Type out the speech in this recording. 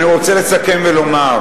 אני רוצה לסכם ולומר,